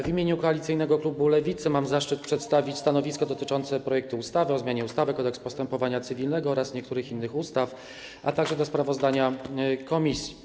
W imieniu koalicyjnego klubu Lewicy mam zaszczyt przedstawić stanowisko wobec projektu ustawy o zmianie ustawy Kodeks postępowania cywilnego oraz niektórych innych ustaw, a także wobec sprawozdania komisji.